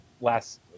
last